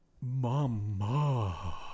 Mama